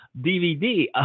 DVD